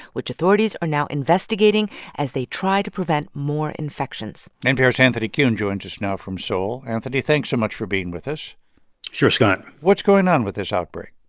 which authorities are now investigating as they try to prevent more infections npr's anthony kuhn joins us now from seoul. anthony, thanks so much for being with us sure, scott what's going on with this outbreak?